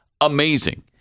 amazing